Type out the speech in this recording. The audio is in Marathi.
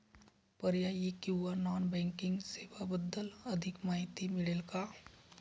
पर्यायी किंवा नॉन बँकिंग सेवांबद्दल अधिक माहिती मिळेल का?